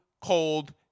cold